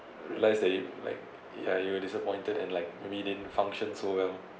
realise that you like ya you were disappointed and like maybe didn't function so well